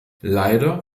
leider